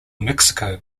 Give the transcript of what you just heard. mexico